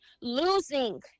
losing